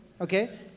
okay